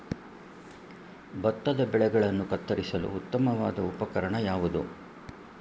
ಭತ್ತದ ಬೆಳೆಗಳನ್ನು ಕತ್ತರಿಸಲು ಉತ್ತಮವಾದ ಉಪಕರಣ ಯಾವುದು?